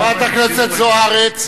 חברת הכנסת זוארץ.